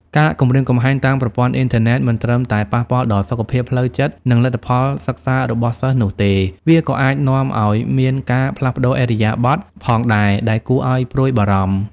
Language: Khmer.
ការគំរាមកំហែងតាមប្រព័ន្ធអ៊ីនធឺណិតមិនត្រឹមតែប៉ះពាល់ដល់សុខភាពផ្លូវចិត្ត និងលទ្ធផលសិក្សារបស់សិស្សនោះទេ វាក៏អាចនាំឲ្យមាន ការផ្លាស់ប្តូរឥរិយាបថ ផងដែរ ដែលគួរឲ្យព្រួយបារម្ភ។